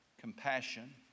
compassion